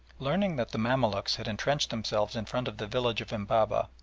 learning that the mamaluks had entrenched themselves in front of the village of embabeh,